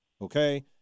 okay